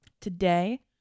Today